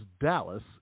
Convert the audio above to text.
Dallas